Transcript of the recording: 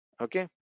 okay